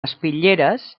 espitlleres